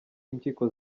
impyiko